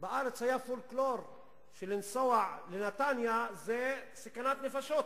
היה פולקלור בארץ שלנסוע לנתניה זה סכנת נפשות.